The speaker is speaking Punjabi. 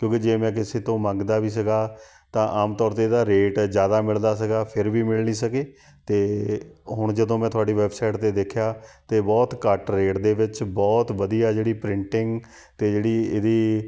ਕਿਉਂਕਿ ਜੇ ਮੈਂ ਕਿਸੇ ਤੋਂ ਮੰਗਦਾ ਵੀ ਸੀਗਾ ਤਾਂ ਆਮ ਤੌਰ 'ਤੇ ਇਹਦਾ ਰੇਟ ਜ਼ਿਆਦਾ ਮਿਲਦਾ ਸੀਗਾ ਫੇਰ ਵੀ ਮਿਲ ਨਹੀਂ ਸਕੇ ਅਤੇ ਹੁਣ ਜਦੋਂ ਮੈਂ ਤੁਹਾਡੀ ਵੈੱਬਸਾਈਟ 'ਤੇ ਦੇਖਿਆ ਅਤੇ ਬਹੁਤ ਘੱਟ ਰੇਟ ਦੇ ਵਿੱਚ ਬਹੁਤ ਵਧੀਆ ਜਿਹੜੀ ਪ੍ਰਿੰਟਿੰਗ ਅਤੇ ਜਿਹੜੀ ਇਹਦੀ